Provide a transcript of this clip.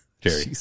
Jerry